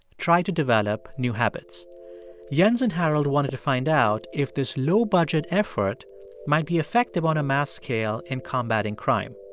tried to develop new habits jens and harold wanted to find out if this low-budget effort might be effective on a mass scale in combating crime.